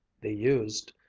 they used,